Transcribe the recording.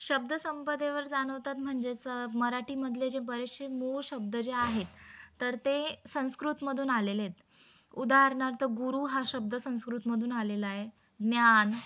शब्दसंपदेवर जाणवतात म्हणजेच मराठीमधले जे बरेचसे मूळ शब्द जे आहेत तर ते संस्कृतमधून आलेले आहेत उदाहरणार्थ गुरू हा शब्द संस्कृतमधून आलेला आहे ज्ञान